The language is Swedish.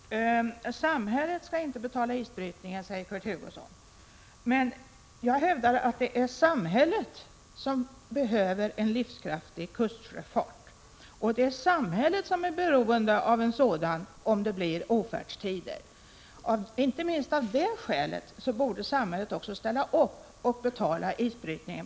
Herr talman! Samhället skall inte betala isbrytningen, säger Kurt Hugosson. Men jag hävdar att det är samhället som behöver en livskraftig kustsjöfart och att det är samhället som är beroende av en sådan om det blir ofärdstider. Inte minst av det skälet borde samhället ställa upp och betala isbrytningen.